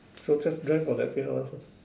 so just drive for the period also